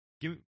give